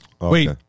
Wait